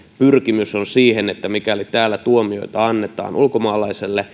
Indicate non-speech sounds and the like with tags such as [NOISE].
pyrkimys on siihen että mikäli täällä tuomioita annetaan ulkomaalaiselle [UNINTELLIGIBLE]